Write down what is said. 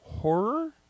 Horror